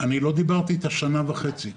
לא דיברתי איתה שנה וחצי.